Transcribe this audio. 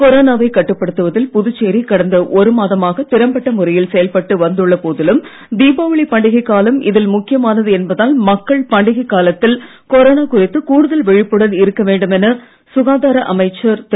கொரோனாவை கட்டுப்படுத்துவதில் புதுச்சேரி கடந்த ஒரு மாதமாக திறம்பட்ட முறையில் செயல்பட்டு வந்துள்ள போதிலும் தீபாவளி பண்டிகை காலம் இதில் முக்கியமானது என்பதால் மக்கள் பண்டிகை காலத்தில் கொரோனா குறித்து கூடுதல் விழிப்புடன் இருக்க வேண்டும் என சுகாதார அமைச்சர் திரு